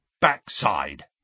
backside